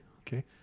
okay